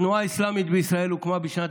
התנועה האסלאמית בישראל הוקמה בשנת